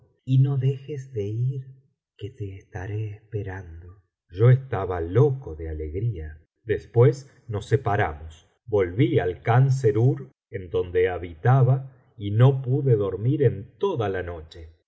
y no dejes de ir que te estaró esperando yo estaba loco de alegría después nos separamos volví al khan serur en donde habitaba y no pude dormir en toda la noche